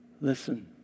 listen